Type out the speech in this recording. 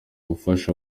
gufasha